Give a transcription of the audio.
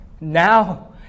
now